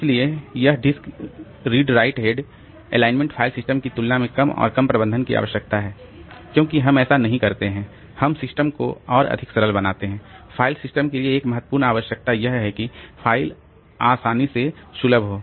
इसलिए यह disk read write head alignment file system की तुलना में कम और कम प्रबंधन की आवश्यकता है क्योंकि हम ऐसा नहीं करते हैं हम सिस्टम को और अधिक सरल बनाते हैं फाइल सिस्टम के लिए एक महत्वपूर्ण आवश्यकता यह है कि फाइल आसानी से सुलभ हो